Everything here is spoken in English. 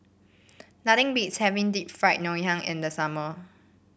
nothing beats having Deep Fried Ngoh Hiang in the summer